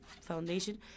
foundation